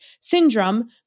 syndrome